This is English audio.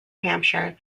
hampshire